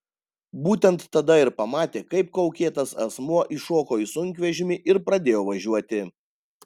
būtent tada ir pamatė kaip kaukėtas asmuo įšoko į sunkvežimį ir pradėjo važiuoti